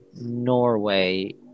Norway